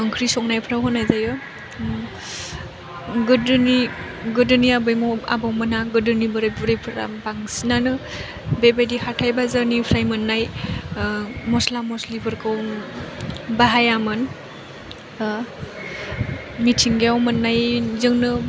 ओंख्रि संनायफ्राव होनाय जायो गोदोनि आबै आबौमोना गोदोनि बोराइ बुरिफोरा बांसिनानो बेबायदि हाथाइ बाजारनिफ्राय मोन्नाय मस्ला मस्लिफोरखौ बाहायामोन मिथिंगायाव मोन्नायजोंनो